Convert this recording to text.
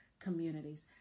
communities